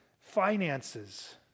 finances